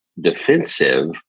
defensive